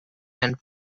and